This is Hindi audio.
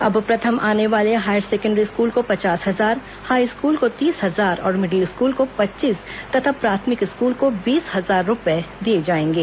अब प्रथम आने वाले हायर सेकेण्डरी स्कूल को पचास हजार हाईस्कूल को तीस हजार और मिडिल स्कूल को पच्चीस तथा प्राथमिक स्कूल को बीस हजार रूपये दिए जाएंगे